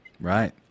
Right